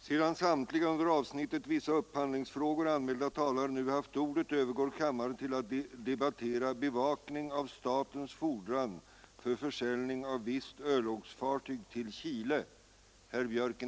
Sedan alla under avsnittet Årets granskningsarbete anmälda talare nu haft ordet övergår kammaren till att debattera avsnittet Den s.k. IB-affären.